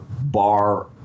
bar